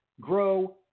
grow